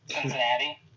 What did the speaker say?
Cincinnati